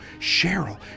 Cheryl